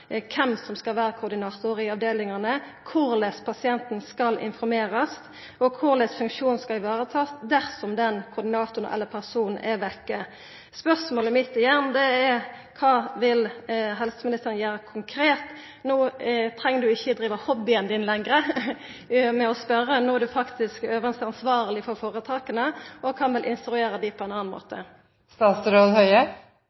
kven som skal vera koordinator i avdelingane, korleis pasienten skal informerast, og korleis funksjonen skal varetakast dersom denne koordinatoren – personen – er borte. Spørsmålet mitt – igjen – er: Kva vil helseministeren gjera konkret? No treng han ikkje lenger driva hobbyen sin med å spørja, no er han faktisk den øvste ansvarlege for føretaka og kan vel instruera dei på ein annan